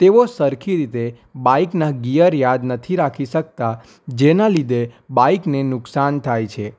તેઓ સરખી રીતે બાઈકના ગિયર યાદ નથી રાખી શકતા જેના લીધે બાઇકને નુકસાન થાય છે